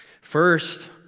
First